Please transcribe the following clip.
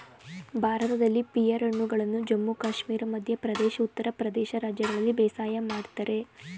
ಭಾರತದಲ್ಲಿ ಪಿಯರ್ ಹಣ್ಣುಗಳನ್ನು ಜಮ್ಮು ಕಾಶ್ಮೀರ ಮಧ್ಯ ಪ್ರದೇಶ್ ಉತ್ತರ ಪ್ರದೇಶ ರಾಜ್ಯಗಳಲ್ಲಿ ಬೇಸಾಯ ಮಾಡ್ತರೆ